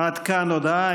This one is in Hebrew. עד כאן ההודעה.